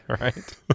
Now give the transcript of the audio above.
right